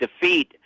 defeat